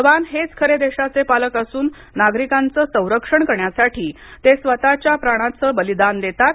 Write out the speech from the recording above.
जवान हेच खरे देशाचे पालक असून नागरिकांचं संरक्षण करण्यासाठी ते स्वतःच्या प्राणांचही बलिदान देतात